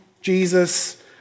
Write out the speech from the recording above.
Jesus